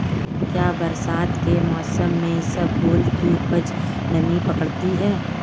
क्या बरसात के मौसम में इसबगोल की उपज नमी पकड़ती है?